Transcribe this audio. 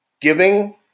giving